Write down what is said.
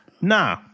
Nah